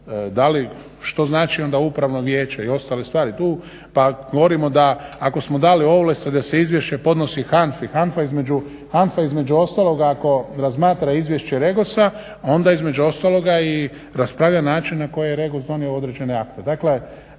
ali što znači onda upravno vijeće i ostale stvari tu. Pa govorimo da ako smo dali ovlasti da se izvješće podnosi HANFA-i, HANFA između ostalog ako razmatra izvješće REGOS-a onda između ostaloga i raspravlja način na koji je REGOS donio određene akte.